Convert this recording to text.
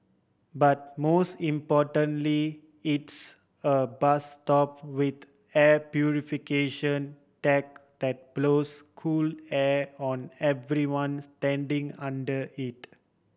but most importantly it's a bus stop with air purification tech that blows cool air on everyone standing under it